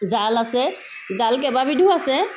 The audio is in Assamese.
জাল আছে জাল কেইবাবিধো আছে